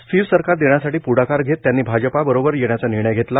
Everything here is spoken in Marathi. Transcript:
स्थिर सरकार देण्यासाठी पुढाकार घेत त्यांनी भाजपाबरोबर येण्याचा निर्णय घेतला